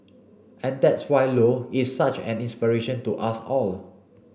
and that's why Low is such an inspiration to us all